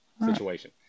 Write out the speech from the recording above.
situation